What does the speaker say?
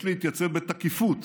יש להתייצב בתקיפות